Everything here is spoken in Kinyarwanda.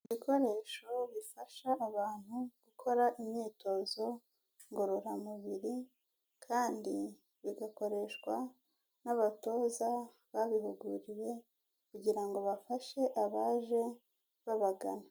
Ibikoresho bifasha abantu gukora imyitozo ngororamubiri kandi bigakoreshwa n'abatoza babihuguriwe kugira ngo bafashe abaje babagana.